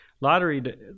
Lottery